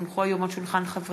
כי הונחו היום על שולחן הכנסת,